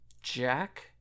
Jack